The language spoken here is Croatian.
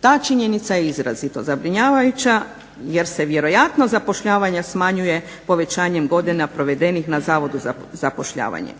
Ta činjenica je izrazito zabrinjavajuća jer se vjerojatno zapošljavanje smanjuje povećanjem godina provedenih na Zavodu za zapošljavanje.